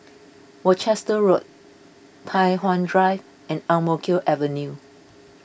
Worcester Road Tai Hwan Drive and Ang Mo Kio Avenue